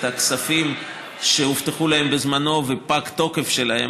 הכספים שהובטחו להם בזמנו ופג התוקף שלהם.